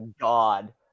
God